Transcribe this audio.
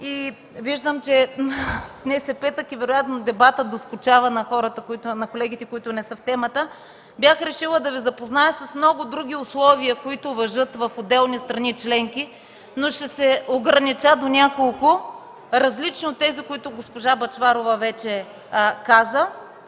– виждам, че днес, тъй като е петък, вероятно дебатът доскучава на хората, на колегите, които не са в темата – бях решила да Ви запозная с много други условия, които важат в отделни страни членки, но ще се огранича до няколко, различни от тези, които госпожа Бъчварова вече каза,